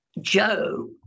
Joe